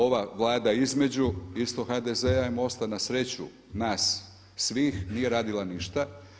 Ova Vlada između isto HDZ-a i MOST-a na sreću nas svih nije radila ništa.